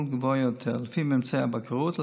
בהם גבוהה יותר לפי ממצאי הבקרות,